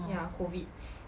uh